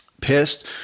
pissed